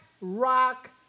rock